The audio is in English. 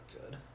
good